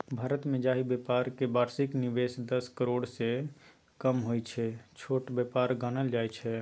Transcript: भारतमे जाहि बेपारक बार्षिक निबेश दस करोड़सँ कम होइ छै छोट बेपार गानल जाइ छै